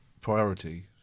priority